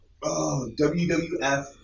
WWF